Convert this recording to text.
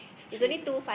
trigger